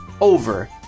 over